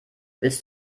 willst